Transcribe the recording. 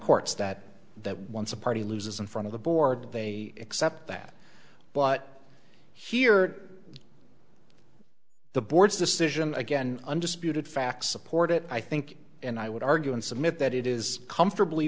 courts that that once a party loses in front of the board they accept that but here the board's decision again undisputed facts supported i think and i would argue and submit that it is comfortably